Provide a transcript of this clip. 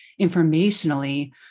informationally